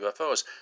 UFOs